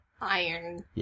Iron